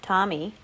Tommy